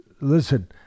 listen